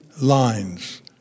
lines